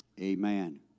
Amen